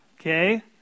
okay